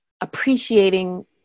appreciating